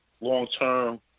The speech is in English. Long-term